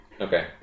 Okay